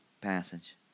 passage